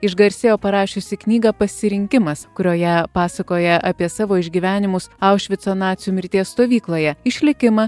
išgarsėjo parašiusi knygą pasirinkimas kurioje pasakoja apie savo išgyvenimus aušvico nacių mirties stovykloje išlikimą